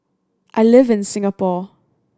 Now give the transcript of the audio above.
I live in Singapore